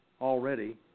already